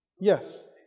Yes